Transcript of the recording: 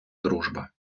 дружба